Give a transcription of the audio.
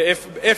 איפה?